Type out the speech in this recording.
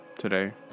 today